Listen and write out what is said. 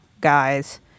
guys